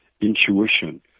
intuition